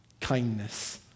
kindness